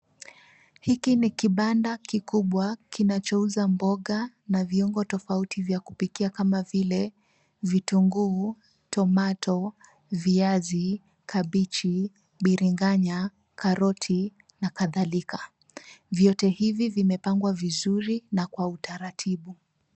Hiki ni kibanda kikubwa kinacho uza mboga na viungo tofauti vya kupikia kama vile vitunguu, tomato, viazi, kabichi, biringanya, karoti na kadhalika. Vyote hivi vimepangwa vizuri na kwa utaratibu.